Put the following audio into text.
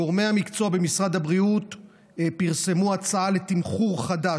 גורמי המקצוע במשרד הבריאות פרסמו הצעה לתמחור חדש,